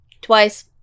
Twice